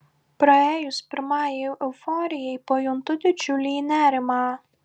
praėjus pirmajai euforijai pajuntu didžiulį nerimą